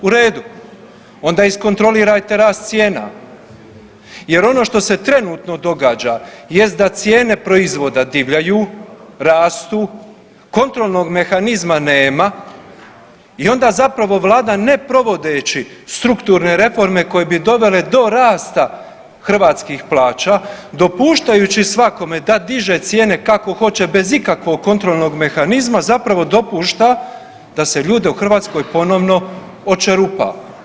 U redu onda iskontrolirajte rast cijena jer ono što se trenutno događa jest da cijene proizvoda divljaju, rastu, kontrolnog mehanizma nema i onda zapravo vlada ne provodeći strukturne reforme koje bi dovele do rasta hrvatskih plaća, dopuštajući svakome da diže cijene kako hoće bez ikakvog kontrolnog mehanizma zapravo dopušta da se ljude u Hrvatskoj ponovno očerupa.